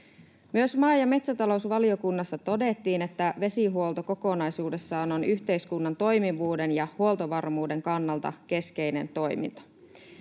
Myös maa- ja metsätalousvaliokunnassa todettiin, että vesihuolto kokonaisuudessaan on yhteiskunnan toimivuuden ja huoltovarmuuden kannalta keskeinen toiminto.